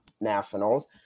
nationals